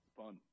fun